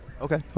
Okay